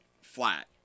flat